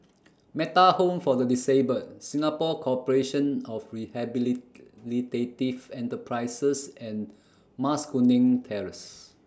Metta Home For The Disabled Singapore Corporation of Rehabilitative Enterprises and Mas Kuning Terrace